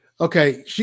Okay